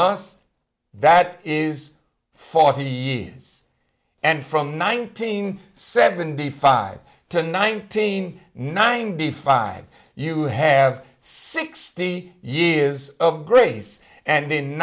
us that is forty years and from nineteen seventy five to ninety nine b five you have sixty years of grace and in